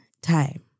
time